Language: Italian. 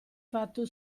fatto